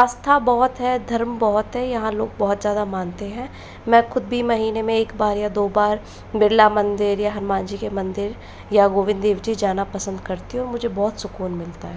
आस्था बहुत है धर्म बहुत है यहाँ लोग बहुत ज़्यादा मानते है मैं खुद भी महीने में एक बार या दो बार बिडला मंदिर या हनुमान जी के मंदिर या गोविंद देव जी जाना पसंद करती हूँ मुझे बहुत सुकून मिलता है